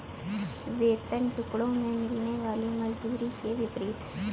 वेतन टुकड़ों में मिलने वाली मजदूरी के विपरीत है